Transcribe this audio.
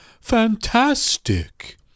fantastic